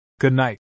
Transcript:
good-night